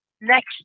next